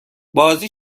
بازی